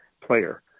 player